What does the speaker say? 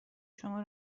شما